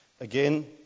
Again